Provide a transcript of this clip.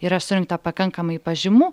yra surinkta pakankamai pažymų